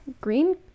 green